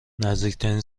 نزدیکترین